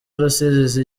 rusizi